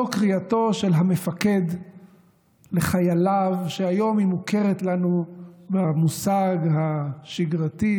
זו קריאתו של המפקד לחייליו שהיום היא מוכרת לנו במושג השגרתי,